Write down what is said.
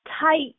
tight